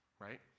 Right